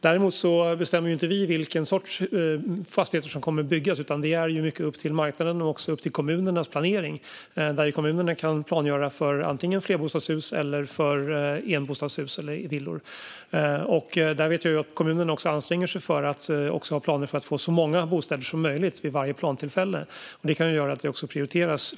Däremot bestämmer inte vi vilken sorts fastigheter som kommer att byggas, utan det är mycket upp till marknaden och även till kommunernas planering, där det kan planläggas för antingen flerbostadshus eller enbostadshus, villor. Jag vet att kommunerna anstränger sig att planera för så många bostäder som möjligt vid varje plantillfälle. Detta kan göra att flerbostadshus prioriteras.